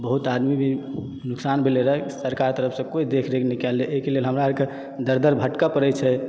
बहुत आदमीके नुकसान भेलै रहय सरकार तरफ सऽ कोइ देख रेख एहिके लेल हमरा अर के दर दर भटकय पड़ै छै